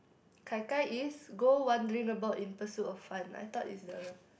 Gai Gai is go wondering about in pursuit of fun I though it's the